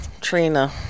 Trina